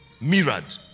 mirrored